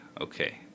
okay